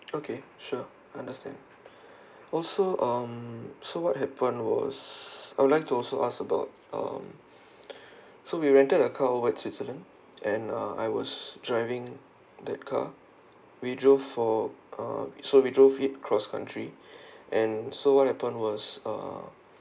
okay sure understand also um so what happened was I'd like to also ask about um so we rented a car over switzerland and uh I was driving that car we drove for uh so we drove it across country and so what happened was uh